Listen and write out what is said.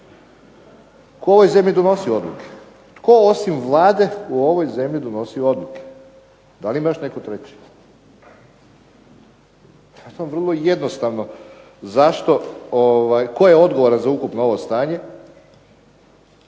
tko u ovoj zemlji donosi odluke. Tko osim Vlade u ovoj zemlji donosi odluke? Da li ima još netko treći? To je vrlo jednostavno zašto, tko je odgovoran za ukupno ovo stanje